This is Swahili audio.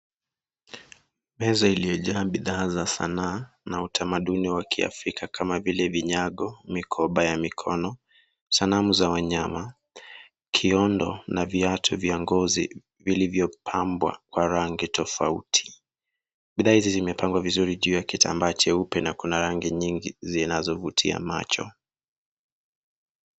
Meza iliyojaa bidhaa za sanaa na utamaduni wa kiafrika kama vile vinyago, mikoba ya mikono, sanamu za wanyama, kiondo na viatu vya ngozi vilivyopabwa kwa rangi tofauti. Bidhaa hizi zimepangwa vizuri juu ya kitambaa cheupe na kuna rangi nyingi zinazovutia macho.